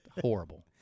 horrible